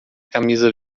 camisa